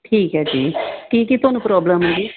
ਠੀਕ ਹੈ ਜੀ ਕੀ ਕੀ ਤੁਹਾਨੂੰ ਪ੍ਰੋਬਲਮ ਹੈ ਜੀ